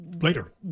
later